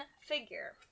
figure